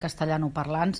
castellanoparlants